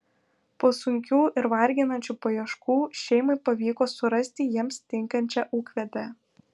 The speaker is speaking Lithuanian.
po sunkių ir varginančių paieškų šeimai pavyko surasti jiems tinkančią ūkvedę